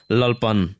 lalpan